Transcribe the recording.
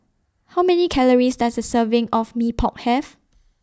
How Many Calories Does A Serving of Mee Pok Have